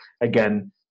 again